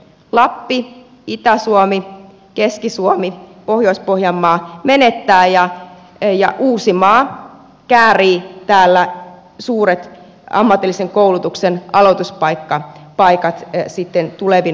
lappi itä suomi keski suomi pohjois pohjanmaa menettävät ja uusimaa käärii täällä suuret ammatillisen koulutuksen aloituspaikat sitten tulevina vuosina